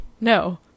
No